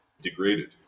degraded